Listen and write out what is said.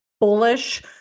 bullish